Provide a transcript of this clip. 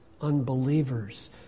unbelievers